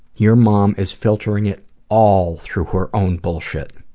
your mom is filtering it all through her own bullshit.